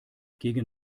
gegen